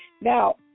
Now